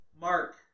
Mark